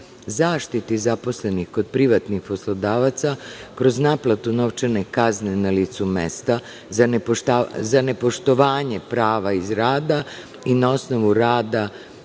zaštiti zaposlenih kod privatnih poslodavaca kroz naplatu novčane kazne na licu mesta za nepoštovanje prava iz rada i na osnovu rada